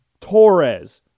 Torres